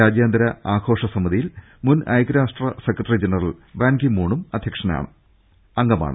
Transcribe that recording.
രാജ്യാന്തര ആഘോഷ സമിതിയിൽ മുൻ ഐക്യരാഷ്ട്ര സെക്രട്ടറി ജനറൽ ബാൻ കി മൂണും അംഗമാണ്